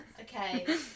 Okay